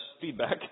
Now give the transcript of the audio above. feedback